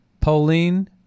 Pauline